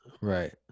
right